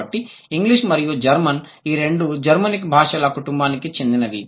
కాబట్టి ఇంగ్లీష్ మరియు జర్మన్ ఈ రెండు జర్మనిక్ భాషల కుటుంబానికి చెందినవి